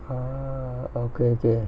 ah okay okay